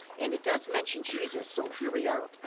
and it does mention jesus, so here we are,